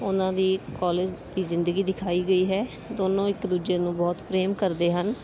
ਉਹਨਾਂ ਦੀ ਕੋਲਜ ਦੀ ਜ਼ਿੰਦਗੀ ਦਿਖਾਈ ਗਈ ਹੈ ਦੋਨੋਂ ਇੱਕ ਦੂਜੇ ਨੂੰ ਬਹੁਤ ਪ੍ਰੇਮ ਕਰਦੇ ਹਨ